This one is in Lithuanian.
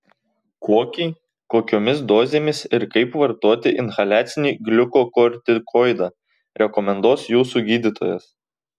kokį kokiomis dozėmis ir kaip vartoti inhaliacinį gliukokortikoidą rekomenduos jūsų gydytojas